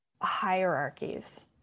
hierarchies